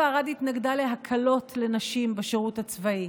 ארד התנגדה להקלות לנשים בשירות הצבאי.